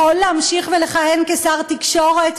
יכול להמשיך ולכהן כשר תקשורת?